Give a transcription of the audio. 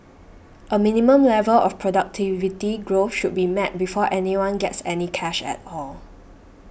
a minimum level of productivity growth should be met before anyone gets any cash at all